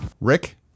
rick